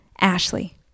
Ashley